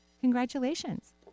congratulations